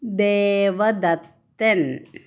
Deva Dathan